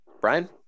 brian